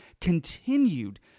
continued